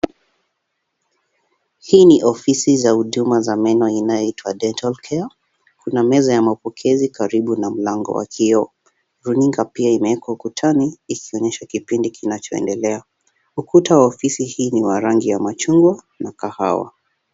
Hii ni ofisi za huduma za meno inayoitwa Dental Care, kuna meza ya mapokezi karibu na mlango wa kioo. Runinga pia imewekwa ukutani ikionyesha kipindi kinachoendelea. Ukuta wa ofisi hii ni wa rangi ya machungwa na kahawa.